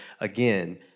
again